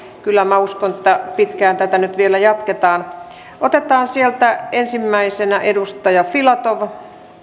kyllä minä uskon että pitkään tätä vielä nyt jatketaan otetaan sieltä ensimmäisenä edustaja filatov